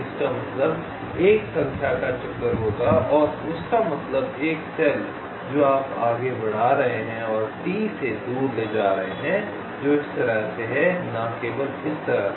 इसका मतलब 1 संख्या का चक्कर होगा और उसका मतलब एक सेल जो आप आगे बढ़ा रहे हैं और T से दूर ले जा रहे हैं जो इस तरह से है न केवल इस तरह से